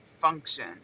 function